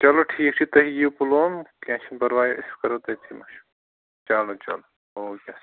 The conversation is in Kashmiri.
چلو ٹھیٖک چھُ تُہۍ یِیِو پُلووم کیٚنٛہہ چھُنہٕ پرواے أسۍ کَرو تٔتتھی مَشوَر چلو چلو او کے سر